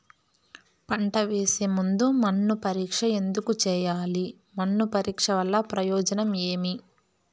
పంట వేసే ముందు మన్ను పరీక్ష ఎందుకు చేయాలి? మన్ను పరీక్ష వల్ల ప్రయోజనం ఏమి?